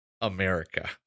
America